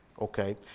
Okay